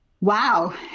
Wow